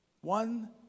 One